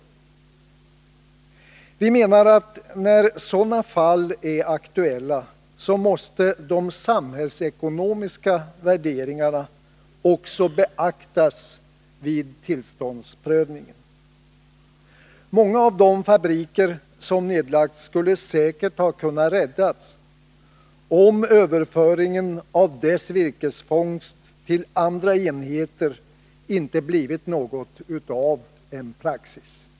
Vi menar att när sådana fall är aktuella måste de samhällsekonomiska värderingarna också beaktas vid tillståndsprövningen. Många av de fabriker som nedlagts skulle säkert ha kunnat räddas, om överföringen av deras virkesfångst till andra enheter inte blivit något av praxis.